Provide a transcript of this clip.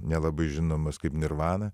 nelabai žinomos kaip nirvana